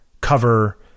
cover